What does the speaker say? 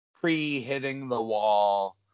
pre-hitting-the-wall